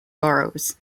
boroughs